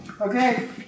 Okay